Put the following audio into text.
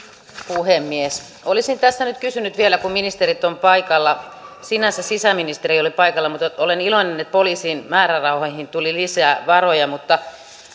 puhemies olisin tässä nyt kysynyt vielä kun ministerit ovat paikalla sinänsä sisäministeri ei ole paikalla mutta olen iloinen että poliisin määrärahoihin tuli lisää varoja kun